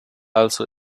also